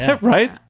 Right